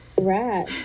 right